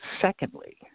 Secondly